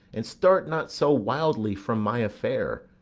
and start not so wildly from my affair.